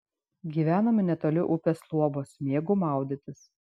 gyvenome netoli upės luobos mėgau maudytis